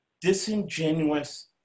disingenuous